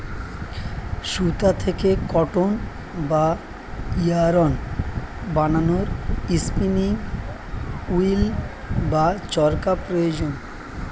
সুতা থেকে কটন বা ইয়ারন্ বানানোর স্পিনিং উঈল্ বা চরকা প্রয়োজন